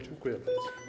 Dziękuję bardzo.